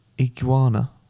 Iguana